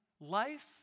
life